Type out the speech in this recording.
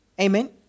Amen